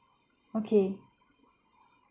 okay